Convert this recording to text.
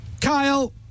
Kyle